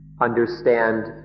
understand